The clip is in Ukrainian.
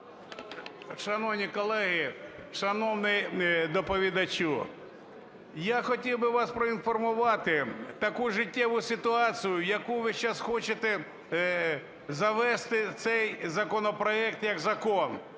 Шановні колеги, шановний доповідачу, я хотів би вас проінформувати таку життєву ситуацію, в яку ви зараз хочете завести цей законопроект як закон.